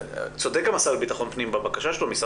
צודק השר לביטחון פנים בבקשה שלו משר